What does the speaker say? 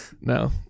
No